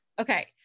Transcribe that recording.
Okay